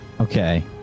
Okay